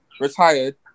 retired